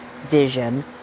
vision